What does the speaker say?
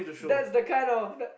that's the kind of that's the